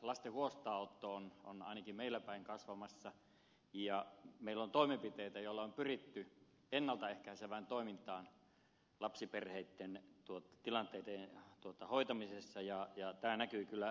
lasten huostaanotto on ainakin meillä päin kasvamassa ja meillä on toimenpiteitä joilla on pyritty ennalta ehkäisevään toimintaan lapsiperheitten tilanteitten hoitamisessa ja tämä näkyy kyllä joka paikassa